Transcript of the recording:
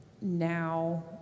now